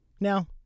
Now